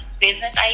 business